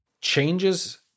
changes